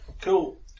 Cool